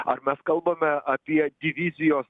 ar mes kalbame apie divizijos